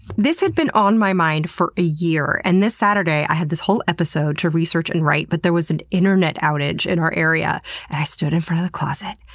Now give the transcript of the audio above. this had been on my mind for a year. and this saturday, i had this whole episode to research and write, but there was an internet outage in our area. and i stood in front of the closet,